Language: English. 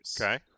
okay